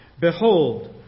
Behold